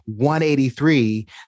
183